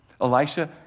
Elisha